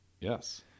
Yes